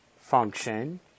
function